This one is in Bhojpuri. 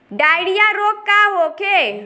डायरिया रोग का होखे?